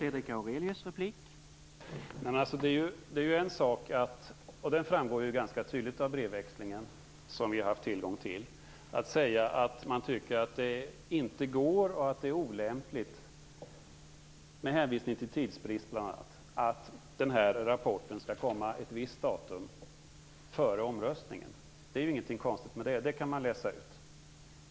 Herr talman! Det är en sak att - och det framgår ganska tydligt av den brevväxling som vi har tillgång till - säga att man tycker att det inte går eller är lämpligt, med hänsyn till bl.a. tidsbrist, att rapporten skall komma vid ett visst datum före folkomröstningen. Det är inget konstigt med det. Det kan man läsa ut.